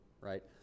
right